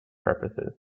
purposes